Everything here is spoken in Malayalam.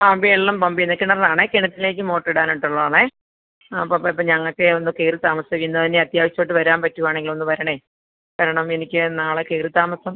ആ വെള്ളം പമ്പ് ചെയ്യുന്ന കിണറ് ആണേ കിണറ്റിലേക്ക് മോട്ടറ് ഇടാനായിട്ട് ഉള്ളതാണേ ആ അപ്പോൾ പോയപ്പോൾ ഞങ്ങൾക്കേ ഒന്ന് കയറി താമസിക്കുന്നതിന് അത്യാവശ്യമായിട്ട് വരാൻ പറ്റുകയാണെങ്കിൽ ഒന്ന് വരണേ വരണം എനിക്ക് നാളെ കയറി താമസം